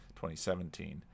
2017